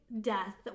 death